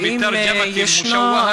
ואם ישנו,